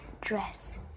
dress